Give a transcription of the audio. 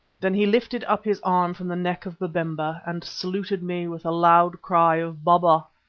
then he lifted up his arm from the neck of babemba, and saluted me with a loud cry of baba!